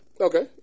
Okay